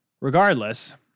Regardless